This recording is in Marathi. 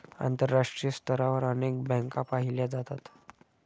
आंतरराष्ट्रीय स्तरावर अनेक बँका पाहिल्या जातात